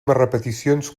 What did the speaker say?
repeticions